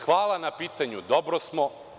Hvala na pitanju, dobro smo.